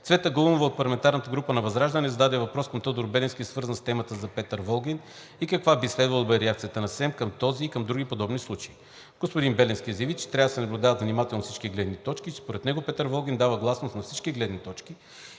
Цвета Галунова от парламентарната група на ВЪЗРАЖДАНЕ зададе въпрос към Тодор Беленски, свързан с темата за Петър Волгин, и каква би следвало да бъде реакцията на СЕМ към този и други подобни случаи. Господин Беленски заяви, че трябва да се наблюдават внимателно всички гледни точки и че според него Петър Волгин дава гласност на всички гледни точки